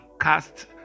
cast